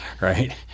right